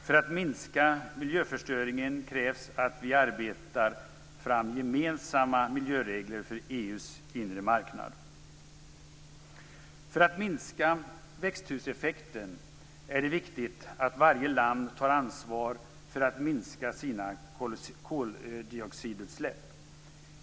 För att minska miljöförstöringen krävs att vi arbetar fram gemensamma miljöregler för EU:s inre marknad. För att minska växthuseffekten är det viktigt att varje land tar ansvar för att minska sina koldioxidutsläpp.